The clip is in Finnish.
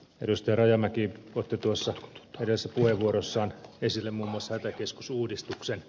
rajamäki otti edellisessä puheenvuorossaan esille muun muassa hätäkeskusuudistuksen